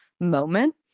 moment